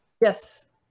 Yes